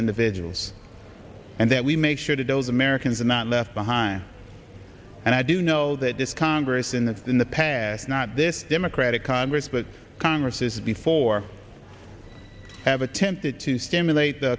individuals and that we make sure that those americans are not left behind and i do know that this congress in this in the past not this democratic congress but congress has before have attempted to stimulate the